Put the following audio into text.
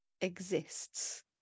exists